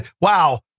Wow